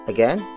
Again